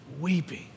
weeping